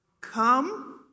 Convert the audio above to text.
Come